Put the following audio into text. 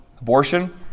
Abortion